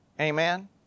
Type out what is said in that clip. Amen